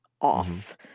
off